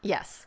Yes